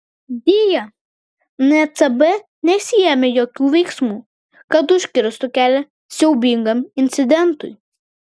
deja ncb nesiėmė jokių veiksmų kad užkirstų kelią siaubingam incidentui